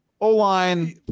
O-line